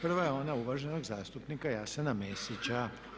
Prva je ona uvaženog zastupnika Jasena Mesića.